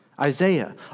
Isaiah